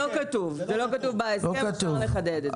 זה לא כתוב בהסכם, צריך לחדד את זה.